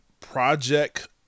Project